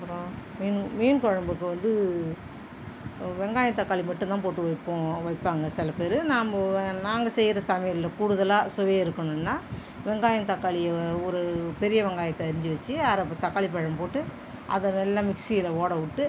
அப்புறம் மீன் மீன் குழம்புக்கு வந்து வெங்காயம் தக்காளி மட்டுந்தான் போட்டு வைப்போம் வைப்பாங்க சில பேர் நம்ப நாங்கள் செய்யற சமையலில் கூடுதலாக சுவை இருக்கணுன்னால் வெங்காயம் தக்காளியை ஒரு பெரிய வெங்காயத்தை அரிஞ்சு வச்சு அரை தக்காளிப் பழம் போட்டு அதை நல்லா மிக்சியில் ஓடவிட்டு